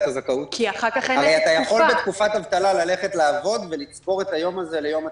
הרי בתקופת אבטלה אתה יכול ללכת לעבוד ולצבור את היום הזה ליום עתידי.